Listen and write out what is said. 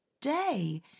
day